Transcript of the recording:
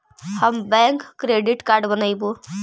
हम bank credit card बनैवो?